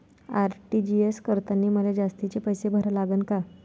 RTGS करतांनी मले जास्तीचे पैसे भरा लागन का?